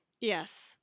Yes